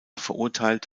verurteilt